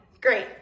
Great